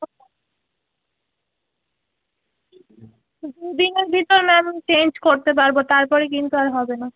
দু দিনের ভিতর ম্যাম চেঞ্জ করতে পারবো তারপরে কিন্তু আর হবে না